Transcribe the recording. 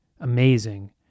amazing